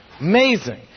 Amazing